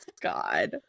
God